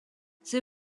they